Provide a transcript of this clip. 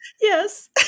Yes